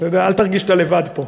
אל תרגיש שאתה לבד פה.